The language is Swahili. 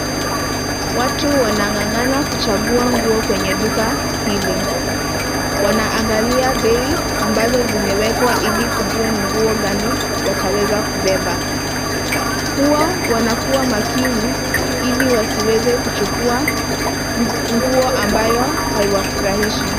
Watu wanangangana kuchagua nguo kwenye duka hili wanaangalia bei zenye zimewekwa ili kujua ni nguo gani wataweza kubeba huwa wanakuwa makini ili wasiweze kuchukua nguo ambayo haiwafurahishi.